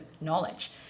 knowledge